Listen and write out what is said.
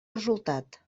resultat